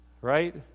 Right